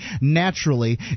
naturally